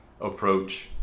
approach